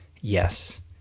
Yes